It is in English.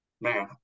man